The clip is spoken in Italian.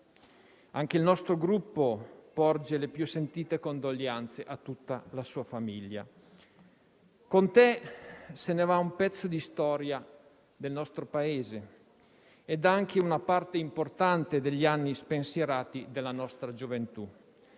Anche il nostro Gruppo porge le più sentite condoglianze a tutta la sua famiglia. Con te se ne va un pezzo di storia del nostro Paese ed anche una parte importante degli anni spensierati della nostra gioventù.